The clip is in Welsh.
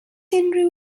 unrhyw